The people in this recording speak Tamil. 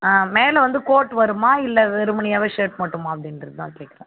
மேலே வந்து கோட் வருமா இல்லை வெறுமினியாகவே ஷர்ட் மட்டுமா அப்படின்றது தான் கேட்கறன்